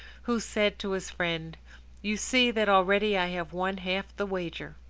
who said to his friend you see that already i have won half the wager.